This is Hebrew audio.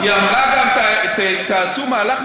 היא אמרה שיש לכם כישלונות במאבק בטרור, וזה נכון.